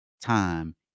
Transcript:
time